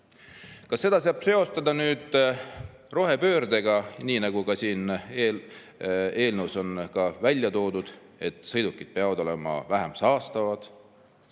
Kas seda saab seostada rohepöördega, nii nagu ka siin eelnõus on välja toodud, et sõidukid peavad olema vähem saastavad?